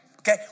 Okay